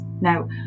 Now